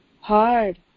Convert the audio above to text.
hard